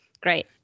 great